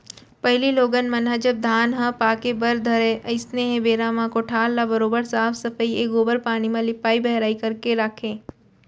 पहिली लोगन मन ह जब धान ह पाके बर धरय अइसनहे बेरा म कोठार ल बरोबर साफ सफई ए गोबर पानी म लिपाई बहराई करके राखयँ